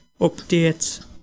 updates